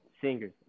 singers